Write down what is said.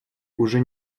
уже